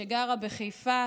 שגרה בחיפה,